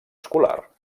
escolar